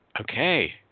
Okay